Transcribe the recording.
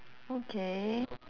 okay